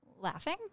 laughing